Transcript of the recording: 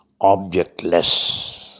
objectless